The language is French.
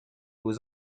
aux